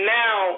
now